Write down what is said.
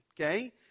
okay